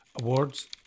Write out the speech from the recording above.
Awards